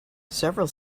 several